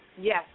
Yes